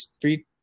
three